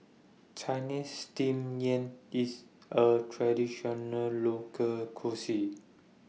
Chinese Steamed Yam IS A Traditional Local Cuisine